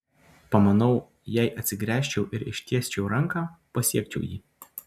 pamanau jei atsigręžčiau ir ištiesčiau ranką pasiekčiau jį